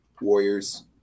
Warriors